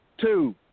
Two